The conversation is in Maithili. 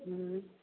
हुँ